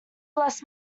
bless